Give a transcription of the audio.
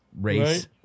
race